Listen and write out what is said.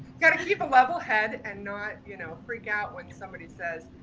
gotta keep a level head and not, you know freak out when somebody says,